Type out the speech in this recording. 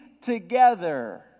together